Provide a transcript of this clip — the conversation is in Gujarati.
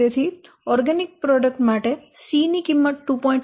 તેથી ઓર્ગેનિક પ્રોડક્ટ માટે c ની કિંમત 2